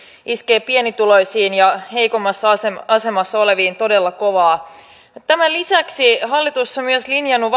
iskee pienituloisiin ja heikommassa asemassa oleviin todella kovaa tämän lisäksi hallitus on myös linjannut